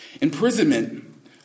Imprisonment